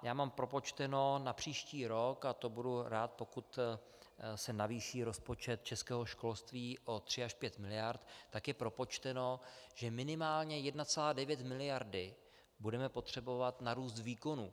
Já mám propočteno na příští rok a budu rád, pokud se zvýší rozpočet českého školství o 3 až 5 miliard, tak je propočteno, že minimálně 1,9 mld. budeme potřebovat na růst výkonů.